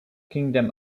kingdom